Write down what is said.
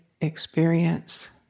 experience